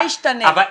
מה ישתנה?